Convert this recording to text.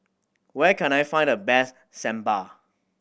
where can I find the best Sambar